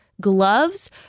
gloves